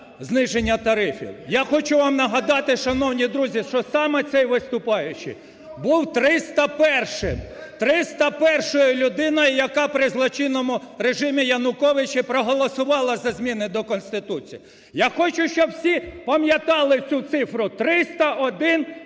зниження тарифів. Я хочу вам нагадати, шановні друзі, що саме цей виступаючий був 301-м, 301-ю людиною, яка при злочинному режимі Януковича проголосувала за зміни до Конституції. Я хочу, щоб всі пам'ятали цю цифру 301